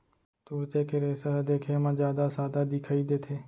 तुरते के रेसा ह देखे म जादा सादा दिखई देथे